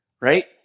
right